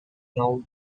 now